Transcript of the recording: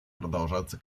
продолжаться